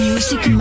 Music